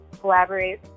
collaborate